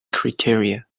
criteria